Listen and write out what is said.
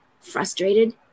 frustrated